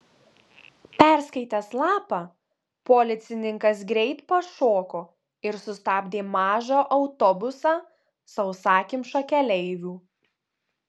perskaitęs lapą policininkas greit pašoko ir sustabdė mažą autobusą sausakimšą keleivių